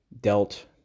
dealt